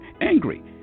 angry